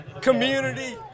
community